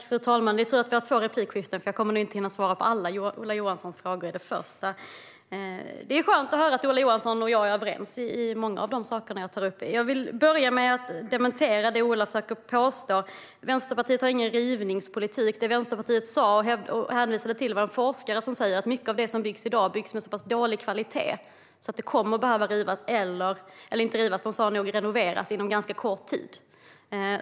Fru talman! Det är tur att jag har två repliker eftersom jag inte kommer att hinna svara på alla Ola Johanssons frågor i min första replik. Det är skönt att höra att Ola Johansson och jag är överens i många av de saker jag har tagit upp. Jag vill börja med att dementera det Ola Johansson försöker påstå: Vänsterpartiet har inte någon rivningspolitik. Det Vänsterpartiet hänvisade till var en forskare som säger att mycket av det som byggs i dag byggs med så pass dålig kvalitet att det kommer att behöva renoveras inom kort tid.